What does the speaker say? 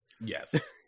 Yes